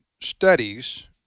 studies